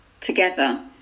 together